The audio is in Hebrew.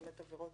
אלה עבירות